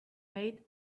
made